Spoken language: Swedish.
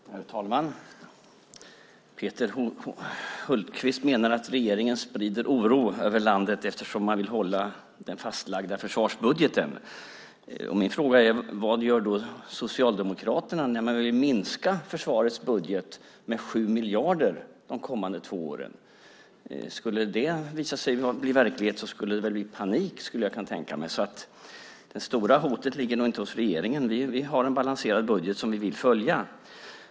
Herr talman! Peter Hultqvist menar att regeringen sprider oro över landet eftersom man vill hålla den fastlagda försvarsbudgeten. Min fråga är: Vad gör då Socialdemokraterna när de vill minska försvarets budget med 7 miljarder de kommande två åren? Om det skulle visa sig bli verklighet skulle det väl bli panik, skulle jag kunna tänka mig. Det stora hotet ligger nog inte hos regeringen. Vi har en balanserad budget som vi vill följa.